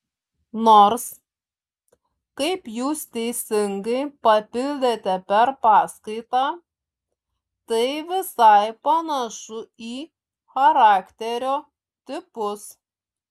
nors kaip jūs teisingai papildėte per paskaitą tai visai panašu į charakterio tipus